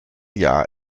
jahr